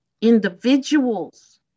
individuals